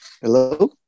Hello